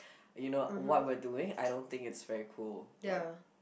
you know what we're doing I don't think it's very cool like